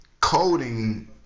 coding